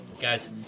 Guys